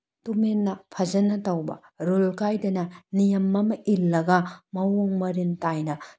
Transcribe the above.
ꯇꯨꯃꯤꯟꯅ ꯐꯖꯅ ꯇꯧꯕ ꯔꯨꯜ ꯀꯥꯏꯗꯅ ꯅꯤꯌꯝ ꯑꯃ ꯏꯜꯂꯒ ꯃꯑꯣꯡ ꯃꯔꯤꯜ ꯇꯥꯅ ꯇꯧꯕ